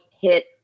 hit